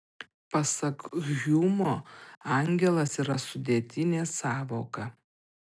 pasak hjumo angelas yra sudėtinė sąvoka